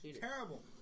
Terrible